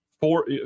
four